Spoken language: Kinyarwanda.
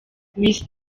miss